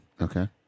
Okay